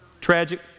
Tragic